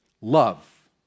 love